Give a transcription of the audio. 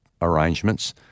arrangements